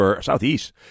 southeast